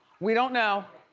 we don't know.